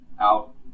out